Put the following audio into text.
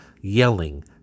yelling